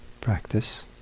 practice